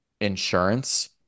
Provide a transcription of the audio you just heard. insurance